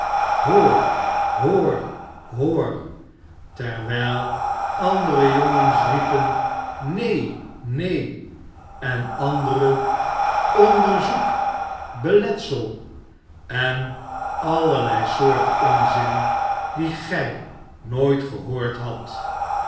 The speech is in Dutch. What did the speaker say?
hoor hoor hoor terwyl andere jongens riepen neen neen en andere ooderzoek beletsel en allerlei soort onzin die gy nooit gehoord hadt